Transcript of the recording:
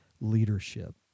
leadership